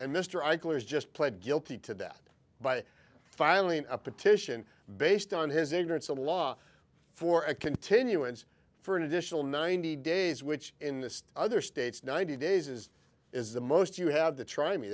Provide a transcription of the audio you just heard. and mr eichler is just pled guilty to that by filing a petition based on his ignorance of the law for a continuance for an additional ninety days which in the other states ninety days is is the most you have to try me